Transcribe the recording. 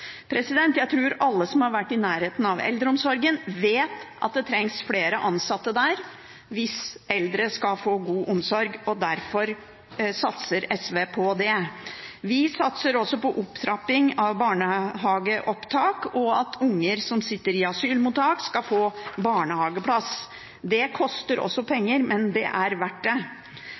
Jeg tror alle som har vært i nærheten av eldreomsorgen, vet at det trengs flere ansatte der hvis eldre skal få god omsorg. Derfor satser SV på det. Vi satser også på opptrapping av barnehageopptak, og at unger som sitter i asylmottak, skal få barnehageplass. Det koster også penger, men det er verdt det.